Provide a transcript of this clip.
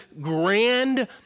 grand